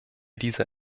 dieser